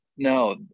No